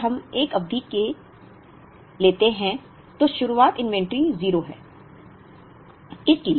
अब अगर हम 1 अवधि लेते हैं तो शुरुआत इन्वेंटरी 0 है